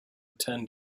return